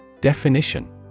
Definition